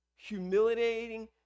humiliating